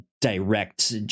direct